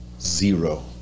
Zero